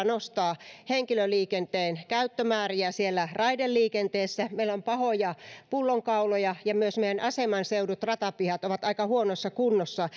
nostaa henkilöliikenteen käyttömääriä raideliikenteessä meillä on pahoja pullonkauloja ja myös meidän asemanseudut ratapihat ovat aika huonossa kunnossa